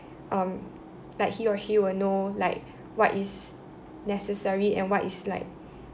um like he or she will know like what is necessary and what is like